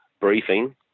briefing